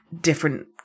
different